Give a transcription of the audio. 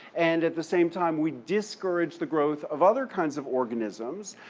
and at the same time we discourage the growth of other kinds of organisms,